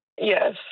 yes